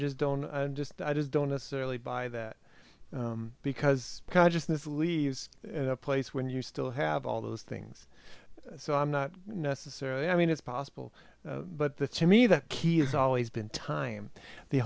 just don't just i just don't necessarily buy that because consciousness leaves in a place when you still have all those things so i'm not necessarily i mean it's possible but the to me the key has always been time the